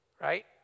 right